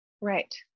Right